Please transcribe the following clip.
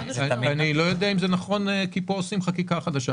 אני לא יודע אם זה נכון, כי פה עושים חקיקה חדשה.